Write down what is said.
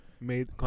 Made